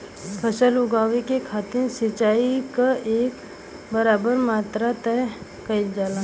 फसल उगावे के खातिर सिचाई क एक बराबर मात्रा तय कइल जाला